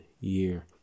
year